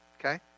okay